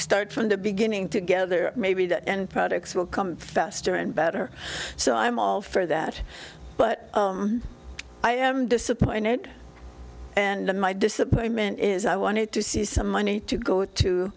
start from the beginning together maybe that end products will come faster and better so i'm all for that but i am disappointed and my disappointment is i wanted to see some money to go to